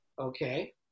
Okay